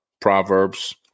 Proverbs